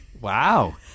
Wow